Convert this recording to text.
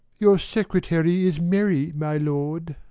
your secretary is merry, my lord.